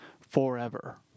forever